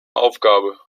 aufgabe